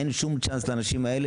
ולאנשים האלה אין שום צ'אנס לקבל.